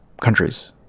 countries